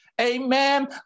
amen